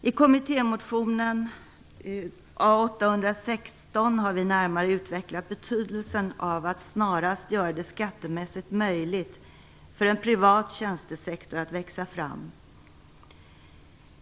I vår kommittémotion A816 har vi närmare utvecklat betydelsen av att snarast göra det skattemässigt möjligt för en privat tjänstesektor att växa fram.